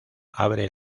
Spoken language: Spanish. abre